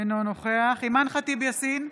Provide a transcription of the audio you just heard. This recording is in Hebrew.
אינו נוכח אימאן ח'טיב יאסין,